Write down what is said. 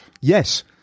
Yes